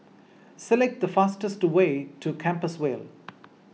select the fastest way to Compassvale